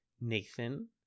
nathan